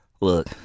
look